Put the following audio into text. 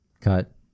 cut